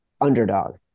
underdog